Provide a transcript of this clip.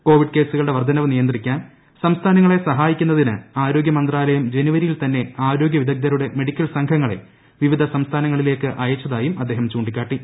Covid കേസുകളുടെ വർദ്ധനവ് നിയന്ത്രിക്കാൻ സംസ്ഥാനങ്ങളെ സഹായിക്കുന്നതിന് ആരോഗൃ മന്ത്രാലയം ജനുവരിയിൽ തന്നെ ആരോഗ്യ വിദഗ്ദ്ധരുടെ മെഡിക്കൽ സംഘങ്ങളെ വിവിധ സംസ്ഥാനങ്ങളിലേക്ക് അയച്ചതായും അദ്ദേഹം ചൂണ്ടിക്കാട്ടി